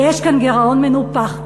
יש כאן גירעון מנופח.